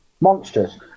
monsters